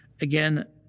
again